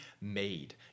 made